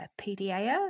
pda